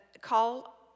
call